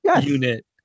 unit